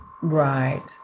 Right